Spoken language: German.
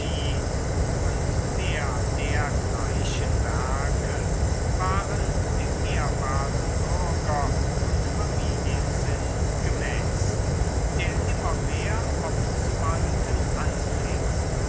und mehr dergleichen werke waren dem ehrbaren bürger und familiensinn gemäß der immer mehr obzuwalten anfing